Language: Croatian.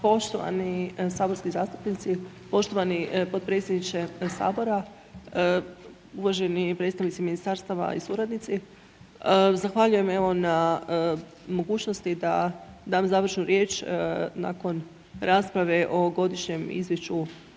Poštovani saborski zastupnici, poštovani potpredsjedniče Sabora, uvaženi predstavnici ministarstava i suradnici. Zahvaljujem, evo na mogućnosti da dam završnu riječ nakon rasprave o Godišnjem izvješću